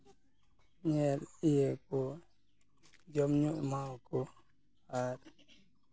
ᱧᱮᱞ ᱤᱭᱟᱹ ᱠᱚ ᱡᱚᱢᱼᱧᱩ ᱮᱢᱟᱣᱟᱠᱚ ᱟᱨ